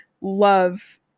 love